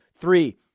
Three